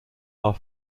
are